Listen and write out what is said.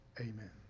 Amen